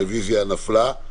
הרוויזיה נפלה.